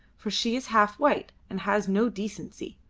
for she is half white and has no decency.